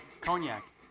Cognac